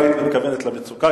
אם היית מתכוונת למצוקה,